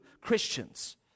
christians